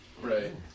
Right